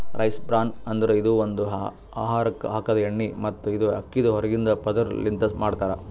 rice bran ಅಂದುರ್ ಇದು ಒಂದು ಆಹಾರಕ್ ಹಾಕದ್ ಎಣ್ಣಿ ಮತ್ತ ಇದು ಅಕ್ಕಿದ್ ಹೊರಗಿಂದ ಪದುರ್ ಲಿಂತ್ ಮಾಡ್ತಾರ್